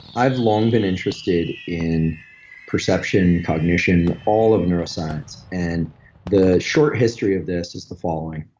i've long been interested in perception, cognition, all of neuroscience, and the short history of this is the following.